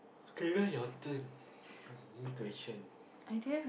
okay then your turn question